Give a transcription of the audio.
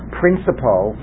principle